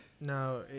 No